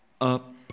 up